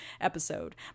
episode